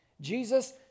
Jesus